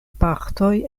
partoj